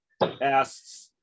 asks